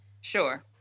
Sure